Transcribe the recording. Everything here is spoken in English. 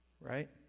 Right